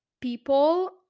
people